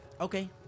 Okay